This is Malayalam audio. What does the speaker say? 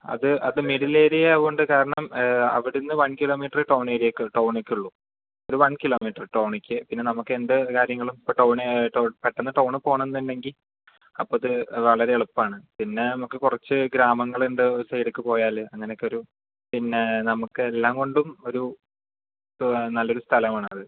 അത് അത് മിഡിൽ ഏരിയ ആകുന്നതുകൊണ്ട് കാരണം അവിടുന്ന് വൺ കിലോമീറ്റർ ടൗൺ ഏരിയക്ക് ടൗണിക്ക് ഉള്ളു ഒരു വൺ കിലോമീറ്ററ് ടൗണിക്ക് പിന്നെ നമുക്കെന്ത് കാര്യങ്ങളും ഇപ്പൊൾ ടൗണ് പെട്ടെന്ന് ടൗണ് പോകണമെന്നുണ്ടെങ്കിൽ അപ്പമത് വളരെ എളുപ്പാണ് പിന്നെ നമക്ക് കുറച്ച് ഗ്രാമങ്ങളുണ്ട് ഒരു സൈഡേക്ക് പോയാല് അങ്ങനൊക്കെയൊരു പിന്നെ നമുക്ക് എല്ലാം കൊണ്ടും ഒരു നല്ലൊരു സ്ഥലമാണ് അത്